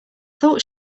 thought